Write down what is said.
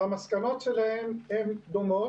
והמסקנות דומות.